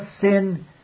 sin